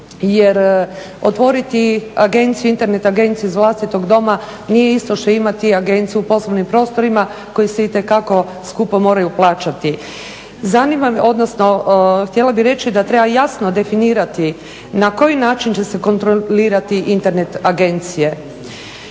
jer otvoriti internet agenciju iz vlastitog doma nije isto što i imati agenciju u poslovnim prostorima koji se itekako skupo moraju plaćati. Htjela bih reći da treba jasno definirati na koji način će se kontrolirati internet agencije,